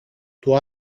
του